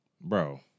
Bro